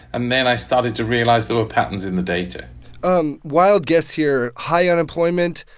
and then i started to realize there were patterns in the data um wild guess here high unemployment,